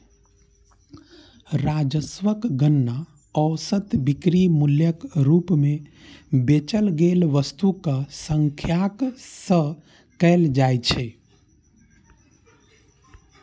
राजस्वक गणना औसत बिक्री मूल्यक रूप मे बेचल गेल वस्तुक संख्याक सं कैल जाइ छै